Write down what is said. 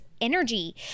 energy